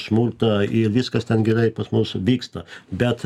smurtą ir viskas ten gerai pas mus vyksta bet